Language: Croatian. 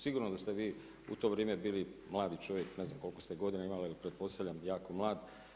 Sigurno da ste vi u to vrijeme bili mladi čovjek, ne znam koliko ste godina imali, pretpostavljam jako mlad.